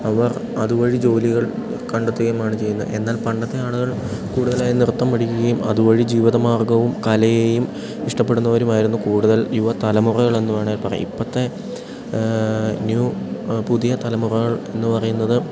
അവർ അതുവഴി ജോലികൾ കണ്ടെത്തുകയുമാണ് ചെയ്യുന്നത് എന്നാൽ പണ്ടത്തെ ആളുകൾ കൂടുതലായും നൃത്തം പഠിക്കുകയും അതു വഴി ജീവിതമാർഗ്ഗവും കലയെയും ഇഷ്ടപ്പെടുന്നവരുമായിരുന്നു കൂടുതൽ യുവ തലമുറകൾ എന്നു വേണേൽ പറയാം ഇപ്പോഴത്തെ ന്യൂ പുതിയ തലമുറകൾ എന്നു പറയുന്നത്